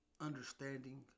understanding